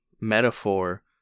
metaphor